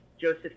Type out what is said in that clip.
Joseph